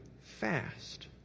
fast